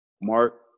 Mark